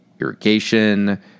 irrigation